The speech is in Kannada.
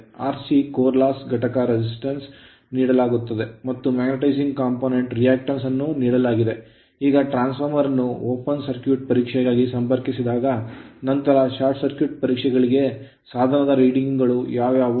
Rc core loss ಘಟಕ resistance ನೀಡಲಾಗುತ್ತದೆ ಮತ್ತು magnetising component reactance ಅನ್ನು ನೀಡಲಾಗಿದೆ ಈಗ ಟ್ರಾನ್ಸ್ ಫಾರ್ಮರ್ ಅನ್ನು ಓಪನ್ ಸರ್ಕ್ಯೂಟ್ ಪರೀಕ್ಷೆಗಾಗಿ ಸಂಪರ್ಕಿಸಿದಾಗ ನಂತರ ಶಾರ್ಟ್ ಸರ್ಕ್ಯೂಟ್ ಪರೀಕ್ಷೆಗಳಿಗೆ ಸಾಧನದ ರೀಡಿಂಗ್ ಗಳು ಯಾವುವು